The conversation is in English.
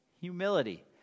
humility